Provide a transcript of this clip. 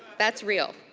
that's real.